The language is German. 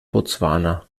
botswana